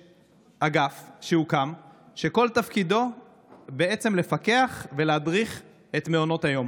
אגף שהוקם שכל תפקידו לפקח ולהדריך את מעונות היום.